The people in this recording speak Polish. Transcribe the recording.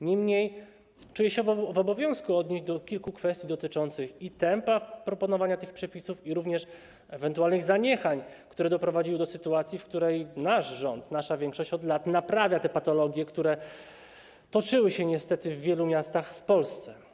Niemniej czuję się w obowiązku odnieść do kilku kwestii dotyczących i tempa proponowania tych przepisów, i ewentualnych zaniechań, które doprowadziły do sytuacji, w której nasz rząd, nasza większość od lat naprawia te patologie, które niestety miały miejsce w wielu miastach w Polsce.